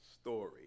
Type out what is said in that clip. Story